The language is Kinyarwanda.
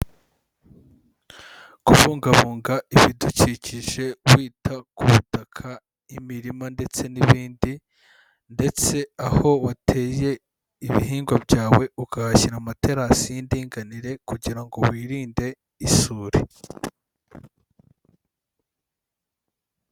Kubungabunga ibidukikije wita ku butaka, imirima ndetse n'ibindi, ndetse aho wateye ibihingwa byawe ukahashyira amaterasi y'indinganire kugira ngo wirinde isuri.